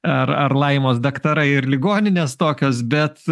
ar ar laimos daktarai ir ligoninės tokios bet